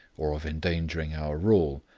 or of endangering our rule.